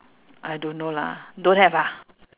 I don't know lah don't have ah